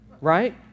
Right